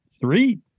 three